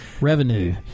revenue